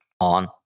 on